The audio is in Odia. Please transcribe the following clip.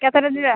କେତେଟା ଯିବା